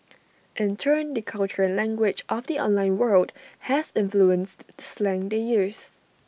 in turn the culture and language of the online world has influenced the slang they years